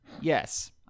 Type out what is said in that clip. Yes